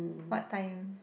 what time